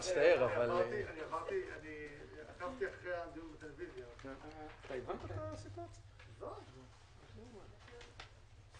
אני מתכבד לחדש את ישיבת ועדת החוץ והביטחון,